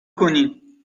کنین